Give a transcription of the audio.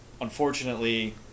unfortunately –